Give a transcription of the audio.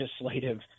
legislative